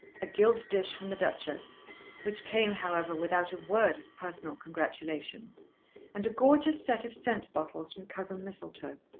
a gilt dish from the duchess which came however without a word of personal congratulation and a gorgeous set of scent-bottles from cousin mistletoe.